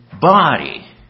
body